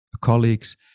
colleagues